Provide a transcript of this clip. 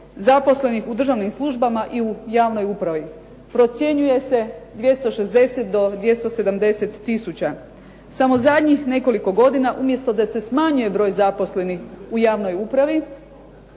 zaposlenih u državnim službama i u javnoj upravi. Procjenjuje se 260 do 270 tisuća. Samo zadnjih nekoliko godina umjesto da se smanjuje broj zaposlenih u javnoj upravi,